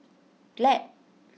Glad